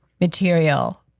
material